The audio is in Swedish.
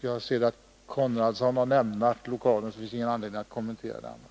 Jag ser att Ingemar Konradsson har lämnat lokalen. Det finns därför ingen anledning att kommentera hans anförande.